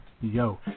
yo